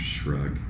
Shrug